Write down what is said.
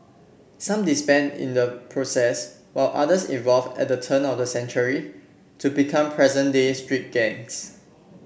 some disbanded in the process while others evolved at the turn of the century to become present day street gangs